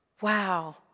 wow